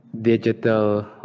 digital